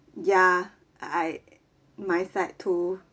ya I mindset to